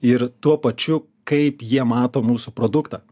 ir tuo pačiu kaip jie mato mūsų produktą